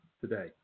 today